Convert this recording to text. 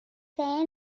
there